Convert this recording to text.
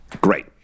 Great